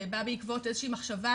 שבא בעקבות מחשבה,